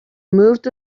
moved